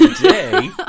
Today